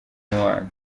umubano